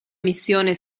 missione